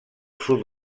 sud